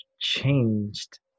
changed